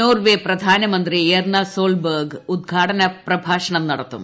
Norway പ്രധാനമന്ത്രി Erna Solberg ഉദ്ഘാടന പ്രഭാഷണം നടത്തും